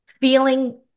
feeling